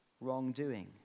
wrongdoing